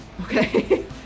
Okay